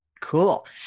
Cool